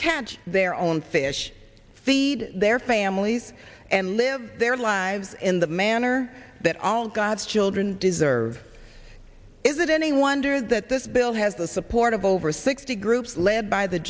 catch their own fish feed their families and live their lives in the manner that all god's children deserve is it any wonder that this bill has the support of over sixty groups led by the